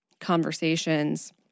conversations